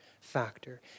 factor